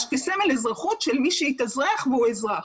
כסמל אזרחות של מי שהתאזרח והוא אזרח.